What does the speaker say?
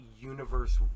universe